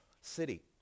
city